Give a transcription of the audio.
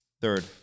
Third